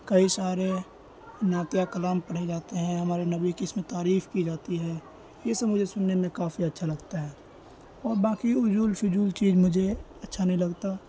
کئی سارے نعتیہ کلام پڑھے جاتے ہیں ہمارے نبی کی اس میں تعریف کی جاتی ہے یہ سب مجھے سننے میں کافی اچھا لگتا ہے اور بانکی اجول فضول چیز مجھے اچھا نہیں لگتا